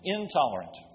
Intolerant